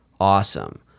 awesome